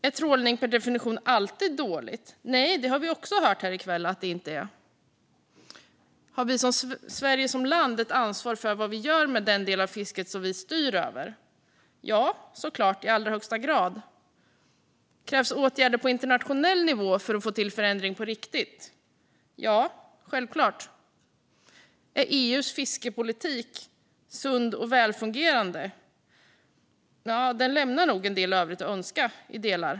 Är trålning per definition alltid dåligt? Nej, det har vi också hört här i kväll att det inte är. Har Sverige som land ett ansvar för vad vi gör med den del av fisket som vi styr över? Ja, såklart, i allra högsta grad. Krävs det åtgärder på internationell nivå för att få till förändring på riktigt? Ja, självklart. Är EU:s fiskeripolitik sund och välfungerande? Nja, den lämnar nog en del övrigt att önska i vissa delar.